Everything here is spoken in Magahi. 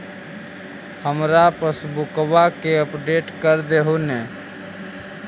हमार पासबुकवा के अपडेट कर देहु ने?